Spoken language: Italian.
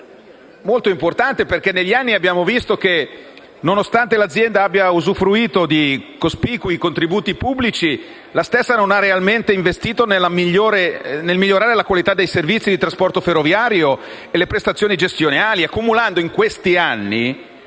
il posto di lavoro e di studio; nonostante l'azienda abbia usufruito di cospicui contributi pubblici, la stessa non ha mai realmente investito nel migliorare la qualità dei servizi di trasporto ferroviario e le prestazioni gestionali, accumulando, negli anni,